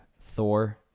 Thor